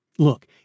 Look